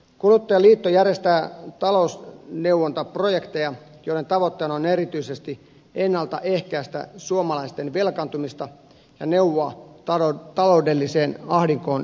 kuluttajaliitto järjestää talousneuvontaprojekteja joiden tavoitteena on erityisesti ennalta ehkäistä suomalaisten velkaantumista ja neuvoa taloudelliseen ahdinkoon joutuneita